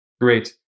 Great